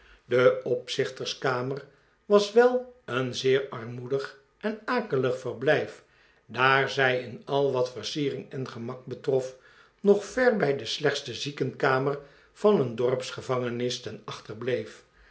de opzichterskamer was wel een zeer armoedig en akelig verblijf daar zij in al wat versiering en gemak betrof nog ver bij de slechtste ziekenkamer van een dorpsgevangenis ten achter